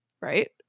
right